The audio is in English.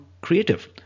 creative